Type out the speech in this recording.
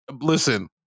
Listen